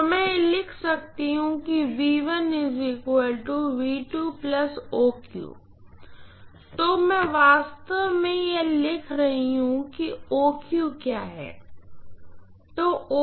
तो मैं लिख सकती हूँ कि तो मैं वास्तव में यह लिख रही कि क्या है